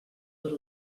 per